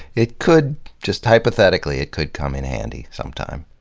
it could just, hypothetically it could come in handy. sometime.